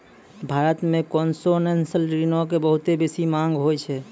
भारत मे कोन्सेसनल ऋणो के बहुते बेसी मांग होय छै